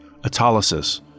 autolysis